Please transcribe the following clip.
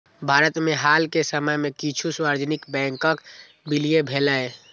भारत मे हाल के समय मे किछु सार्वजनिक बैंकक विलय भेलैए